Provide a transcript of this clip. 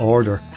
Order